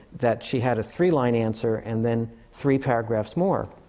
that she had a three-line answer, and then three paragraphs more.